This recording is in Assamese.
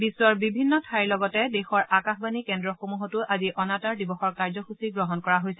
বিশ্বৰ বিভিন্ন ঠাইৰ লগতে দেশৰ আকাশবাণী কেন্দ্ৰসমূহতো আজি অনাতাঁৰ দিৱসৰ কাৰ্যসুচী গ্ৰহণ কৰা হৈছে